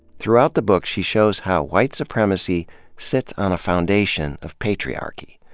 throughout the book, she shows how white supremacy sits on a foundation of patriarchy.